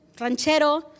ranchero